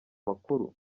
makuru